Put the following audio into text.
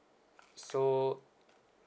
so